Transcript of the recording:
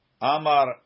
Amar